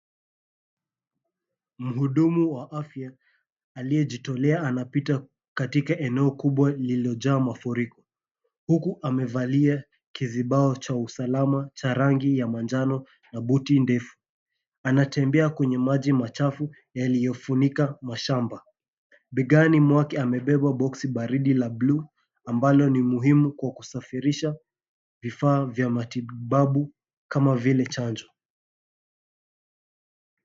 Mhudumu wa afya aliyejitolea anapita katika eneo kubwa lililojaa mafuriko huku amevalia kizibao cha usalama cha rangi ya manjano na buti ndefu. Anatembea kwenye maji machafu yaliyofunika mashamba. Begani mwake amebeba box baridi la buluu ambalo ni muhimu kwa kusafirisha bidhaa muhimu kama vile chanjo.